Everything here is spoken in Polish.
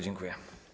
Dziękuję.